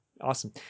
Awesome